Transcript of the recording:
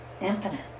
infinite